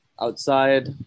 outside